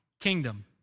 kingdom